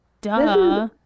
Duh